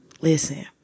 Listen